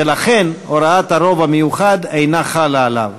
ולכן הוראת הרוב המיוחד אינה חלה עליו.